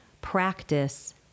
practice